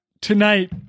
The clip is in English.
tonight